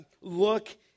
look